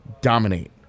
dominate